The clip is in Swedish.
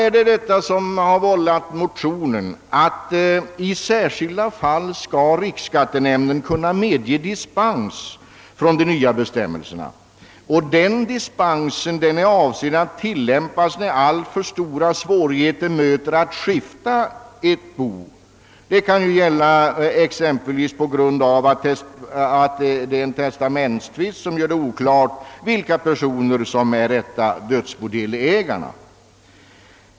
Riksskattenämnden skall i särskilda fall kunna medge dispens från de nya bestämmelserna. Bestämmelsen om dispens är avsedd att tillämpas då alltför stora svårigheter möter att skifta ett bo, exempelvis på grund av en testamentstvist som gör det oklart vilka personer som är rätta dödsbodelägare.